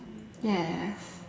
ya